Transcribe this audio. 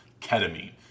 ketamine